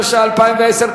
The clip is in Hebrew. התשע"א 2010,